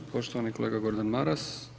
Poštovani kolega Gordan Maras.